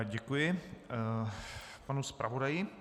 Děkuji panu zpravodaji.